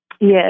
Yes